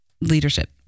leadership